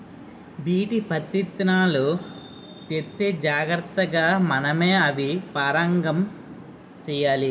BT పత్తిత్తనాలు తెత్తే జాగ్రతగా మనమే అవి పరాగం చెయ్యాలి